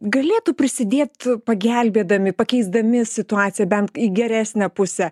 galėtų prisidėt pagelbėdami pakeisdami situaciją bent į geresnę pusę